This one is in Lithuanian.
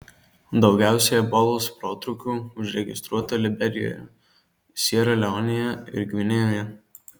daugiausiai ebolos protrūkių užregistruota liberijoje siera leonėje ir gvinėjoje